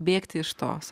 bėgti iš tos